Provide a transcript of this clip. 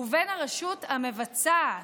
ובין הרשות המבצעת,